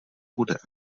bude